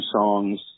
songs